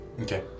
Okay